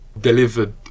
delivered